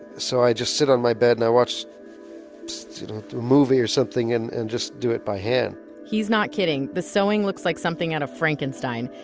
so i just sit on my bed and i watch a and movie or something and and just do it by hand he's not kidding. the sewing looks like something out of frankenstein.